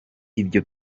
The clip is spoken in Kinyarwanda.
ibyo